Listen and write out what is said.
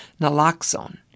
naloxone